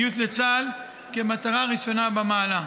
גיוס לצה"ל, כמטרה ראשונה במעלה.